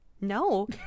No